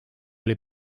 oli